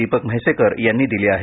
दीपक म्हैसेकर यांनी दिली आहे